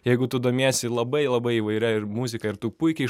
jeigu tu domiesi labai labai įvairia ir muzika ir tu puikiai